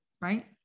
Right